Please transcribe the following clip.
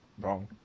wrong